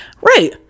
Right